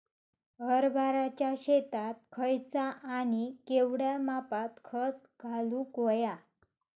हरभराच्या शेतात खयचा आणि केवढया मापात खत घालुक व्हया?